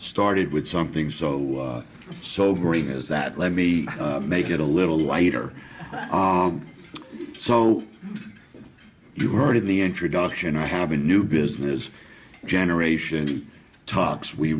started with something so so great as that let me make it a little lighter so you heard in the introduction i have a new business generation talks we